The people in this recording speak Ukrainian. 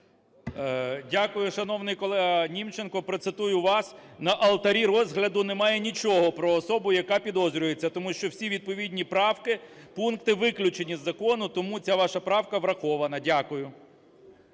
Дякую, шановний колега Німченко. Процитую вас. На алтарі розгляду немає нічого про особу, яка підозрюється, тому що всі відповідні правки, пункти виключені з закону, тому ця ваша правка врахована. Дякую.